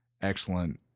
excellent